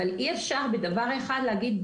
אבל אי אפשר בדבר אחד להגיד,